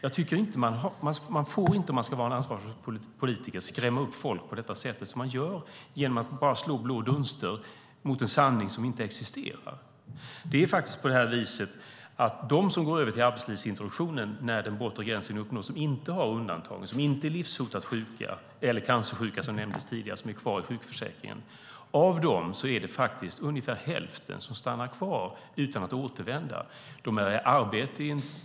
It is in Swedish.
Man får inte, om man ska vara en ansvarig politiker, skrämma upp folk på det sätt man gör med en sanning som inte existerar. Av dem som går över till arbetslivsintroduktionen när den bortre gränsen uppnåtts - de som inte är undantagna, de som inte är livshotande sjuka eller cancersjuka, som nämndes tidigare, som är kvar i sjukförsäkringen - är det ungefär hälften som stannar kvar i sjukskrivning utan att återvända.